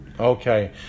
Okay